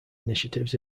initiatives